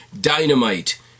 Dynamite